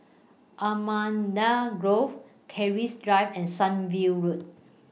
Allamanda Grove Keris Drive and Sunview Road